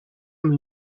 amb